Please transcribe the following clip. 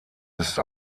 ist